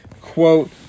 Quote